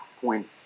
point